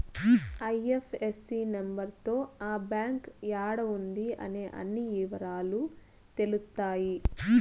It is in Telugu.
ఐ.ఎఫ్.ఎస్.సి నెంబర్ తో ఆ బ్యాంక్ యాడా ఉంది అనే అన్ని ఇవరాలు తెలుత్తాయి